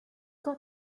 got